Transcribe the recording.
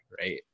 Right